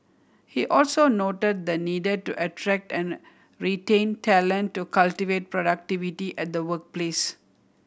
he also noted the needed to attract and retain talent to cultivate productivity at the workplace